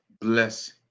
Bless